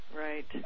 right